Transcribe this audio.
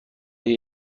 های